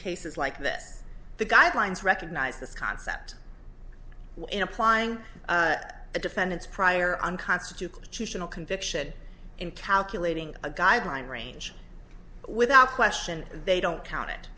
cases like this the guidelines recognize this concept in applying the defendant's prior unconstitutional conviction in calculating a guideline range without question they don't count it